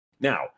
Now